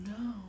no